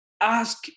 Ask